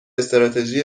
استراتژی